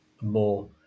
more